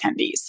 attendees